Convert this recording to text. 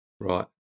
Right